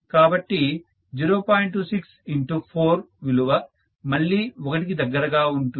26 x 4 విలువ మళ్లీ 1 కి దగ్గరగా ఉంటుంది